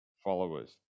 followers